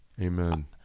Amen